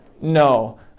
No